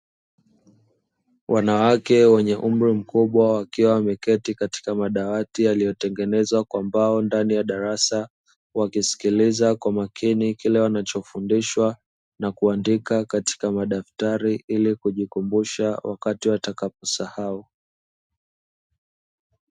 Wanawake wenye umri mkubwa wakiwa wameketi katika madawati yaliyotengenezwa kwa mbao ndani ya darasa wakisikiliza kwa umakini kile wanachofundishwa na kuandika katika madaftari ili kujikumbusha wakati watakaposahau.